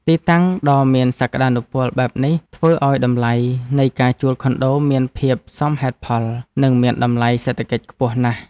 ទីតាំងដ៏មានសក្តានុពលបែបនេះធ្វើឱ្យតម្លៃនៃការជួលខុនដូមានភាពសមហេតុផលនិងមានតម្លៃសេដ្ឋកិច្ចខ្ពស់ណាស់។